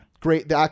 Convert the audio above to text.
Great